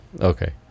Okay